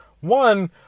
One